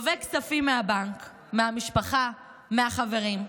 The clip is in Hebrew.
לווה כספים מהבנק, מהמשפחה, מהחברים,